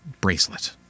bracelet